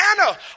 Anna